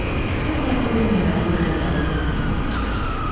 it's kind of like we're remembering that we're listening creatures.